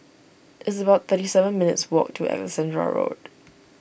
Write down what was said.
it's about thirty seven minutes' walk to Alexandra Road